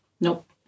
Nope